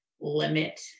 limit